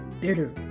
bitter